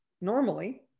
normally